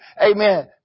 Amen